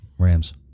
Rams